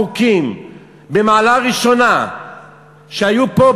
חוקים מהמעלה הראשונה שהיו פה,